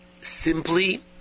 simply